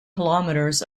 kilometers